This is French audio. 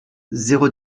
zéro